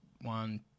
one